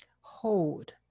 hold